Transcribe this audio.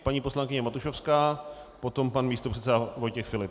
Paní poslankyně Matušovská, potom pan místopředseda Vojtěch Filip.